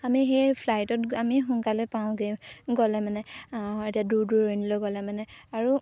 আমি সেই ফ্লাইটত আমি সোনকালে পাওঁগৈ গ'লে মানে এতিয়া দূৰ দূৰণিলৈ গ'লে মানে আৰু